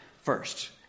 first